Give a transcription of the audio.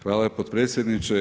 Hvala potpredsjedniče.